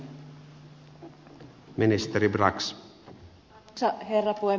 arvoisa her ra puhemies